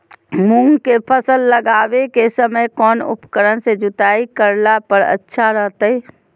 मूंग के फसल लगावे के समय कौन उपकरण से जुताई करला पर अच्छा रहतय?